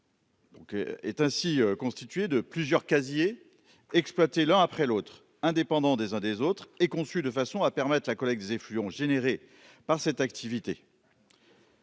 est ainsi constitué de plusieurs casiers exploiter l'an après l'autre, indépendants des uns des autres est conçue de façon à permettre la des effluents générés par cette activité.